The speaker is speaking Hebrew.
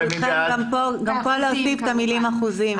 גם כאן להוסיף את המילה "אחוזים".